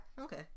Okay